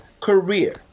career